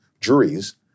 juries